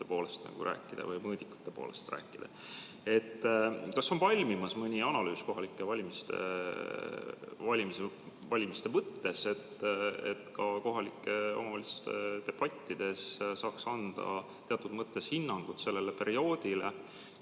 karakteristikute või mõõdikute poolest rääkida. Kas on valmimas mõni analüüs kohalike valimiste mõttes, et ka kohalike omavalitsuste debattides saaks anda teatud mõttes hinnangut sellele perioodile?